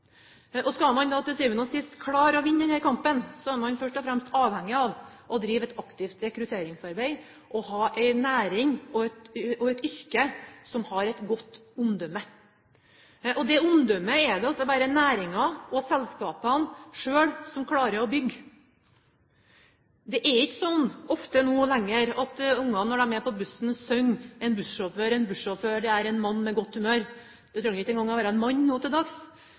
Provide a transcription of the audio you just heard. Skal man da til syvende og sist klare å vinne denne kampen, er en først og fremst avhengig av å drive et aktivt rekrutteringsarbeid og ha en næring og et yrke som har et godt omdømme. Det omdømmet er det altså bare næringen og selskapene selv som klarer å bygge. Det er ikke så ofte slik lenger at ungene på bussen synger «En bussjåfør, en bussjåfør, det er en mann med godt humør». Det trenger ikke engang å være en mann nå til dags.